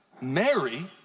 Mary